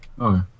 Okay